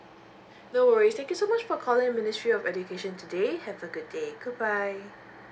no worries thank you so much for calling ministry of education today have a good day goodbye